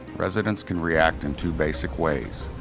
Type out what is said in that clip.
residents can react in two basic ways.